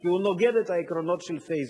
כי הוא נוגד את העקרונות של "פייסבוק".